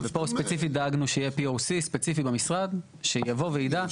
פה ספציפית דאגנו שיהיה POC ספציפי במשרד שיבוא וידע.